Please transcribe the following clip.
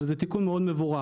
אבל זה תיקון מאוד מבורך.